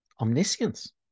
Omniscience